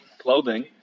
clothing